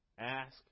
Ask